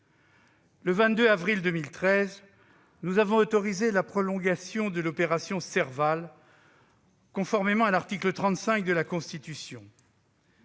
Le 22 avril 2013, nous avons autorisé la prolongation de l'opération Serval, conformément à l'article 35 de la Constitution.